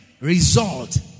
result